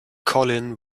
colin